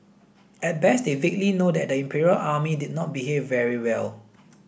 at best they vaguely know that the Imperial Army did not behave very well